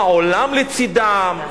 העולם לצדם,